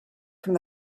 from